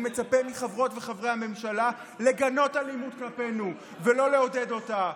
אני מצפה מחברות וחברי הממשלה לגנות אלימות כלפינו ולא לעודד אותה.